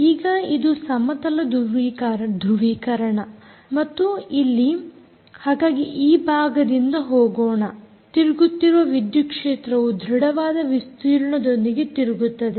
ಈಗ ಇದು ಸಮತಲ ಧ್ರುವೀಕರಣ ಮತ್ತು ಇಲ್ಲಿ ಹಾಗಾಗಿ ಈಗ ಈ ಭಾಗದಿಂದ ಹೋಗೋಣ ತಿರುಗುತ್ತಿರುವ ವಿದ್ಯುತ್ ಕ್ಷೇತ್ರವು ದೃಢವಾದ ವಿಸ್ತೀರ್ಣದೊಂದಿಗೆ ತಿರುಗುತ್ತದೆ